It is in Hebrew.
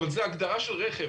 אבל זאת הגדרה של רכב.